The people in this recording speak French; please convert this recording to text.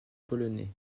polonais